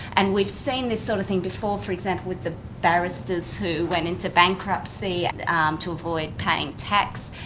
and we've seen this sort of thing before, for example, with the barristers who went into bankruptcy um to avoid paying tax.